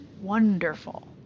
wonderful